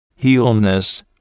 healness